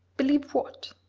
believe what?